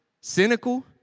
cynical